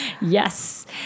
Yes